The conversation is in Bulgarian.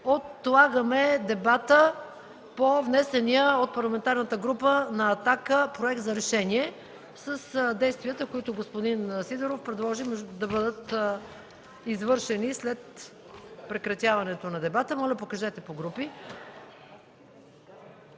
отлагаме дебата по внесения от Парламентарната група на „Атака” проект на решение с действията, които господин Сидеров предложи да бъдат извършени след прекратяването на дебата. Уважаеми колеги,